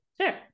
sure